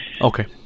okay